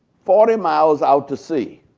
forty miles out to sea.